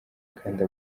kandi